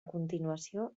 continuació